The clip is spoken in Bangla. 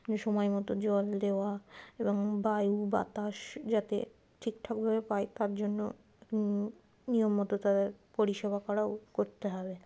সময় মতো জল দেওয়া এবং বায়ু বাতাস যাতে ঠিক ঠাকভাবে পায় তার জন্য নিয়ম মতো তাদের পরিষেবা করাও করতে হবে